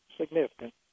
significant